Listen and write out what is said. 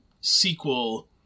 sequel